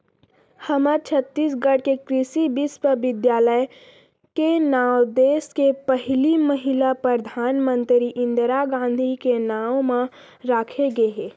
हमर छत्तीसगढ़ के कृषि बिस्वबिद्यालय के नांव देस के पहिली महिला परधानमंतरी इंदिरा गांधी के नांव म राखे गे हे